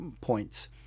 points